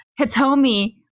Hitomi